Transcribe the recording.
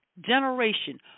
generation